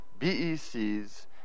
BECs